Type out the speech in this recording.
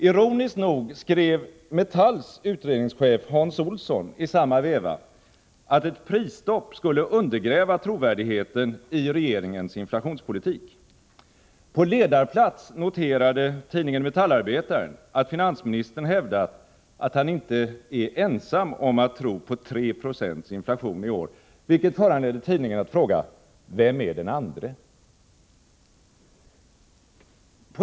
Ironiskt nog skrev Metalls utredningschef Hans Olsson i samma veva att ett prisstopp skulle undergräva trovärdigheten i regeringens inflationspolitik. På ledarplats noterade tidningen Metallarbetaren att finansministern hävdat att han inte är ensam om att tro på 3 Yo inflation i år. Detta föranledde tidningen att fråga: Vem är den andre? Herr talman!